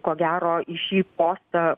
ko gero į šį postą